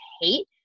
hate